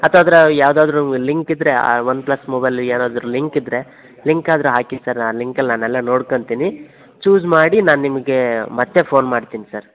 ಅಥವಾ ಅದರ ಯಾವ್ದಾದ್ರು ಲಿಂಕ್ ಇದ್ದರೆ ಆ ಒನ್ಪ್ಲಸ್ ಮೊಬೈಲ್ದು ಏನಾದರು ಲಿಂಕ್ ಇದ್ದರೆ ಲಿಂಕ್ ಆದರು ಹಾಕಿ ಸರ್ ಆ ಲಿಂಕಲ್ಲಿ ನಾನು ಎಲ್ಲ ನೋಡ್ಕಂತೀನಿ ಚೂಸ್ ಮಾಡಿ ನಾನು ನಿಮ್ಗೆ ಮತ್ತೆ ಫೋನ್ ಮಾಡ್ತೀನಿ ಸರ್